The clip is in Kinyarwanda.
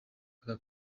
aka